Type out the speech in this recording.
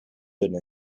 dun